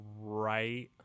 right